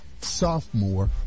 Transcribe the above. sophomore